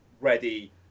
ready